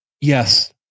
Yes